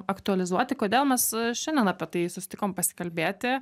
aktualizuoti kodėl mes šiandien apie tai susitikom pasikalbėti